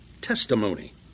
testimony